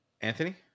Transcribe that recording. Anthony